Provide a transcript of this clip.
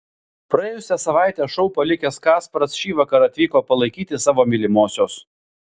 praėjusią savaitę šou palikęs kasparas šįvakar atvyko palaikyti savo mylimosios